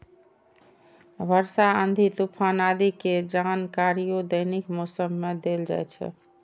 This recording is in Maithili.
वर्षा, आंधी, तूफान आदि के जानकारियो दैनिक मौसम मे देल जाइ छै